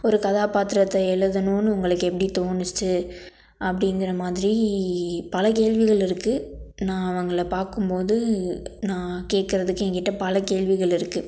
ஒரு கதாபாத்திரத்தை எழுதணுன்னு உங்களுக்கு எப்படி தோணுச்சு அப்படிங்கிற மாதிரி பல கேள்விகள் இருக்குது நான் அவங்களை பார்க்கும் போது நான் கேட்குறதுக்கு என் கிட்டே பல கேள்விகள் இருக்குது